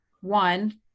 one